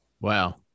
Wow